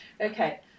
Okay